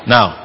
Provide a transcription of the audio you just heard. Now